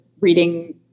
reading